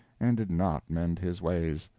and did not mend his ways.